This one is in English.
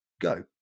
Go